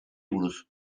buruz